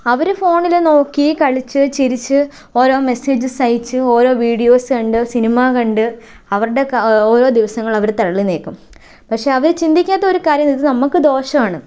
അവര് ഫോണില് നോക്കി കളിച്ച് ചിരിച്ച് ഓരോ മെസ്സേജസ് അയച്ച് ഓരോ വീഡിയോസ് കണ്ട് സിനിമ കണ്ട് അവരുടെ ഓരോ ദിവസങ്ങള് അവര് തള്ളി നീക്കും പക്ഷേ അവരെ ചിന്തിക്കാത്ത ഒരു കാര്യം ഇത് നമുക്ക് ദോഷമാണ്